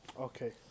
Okay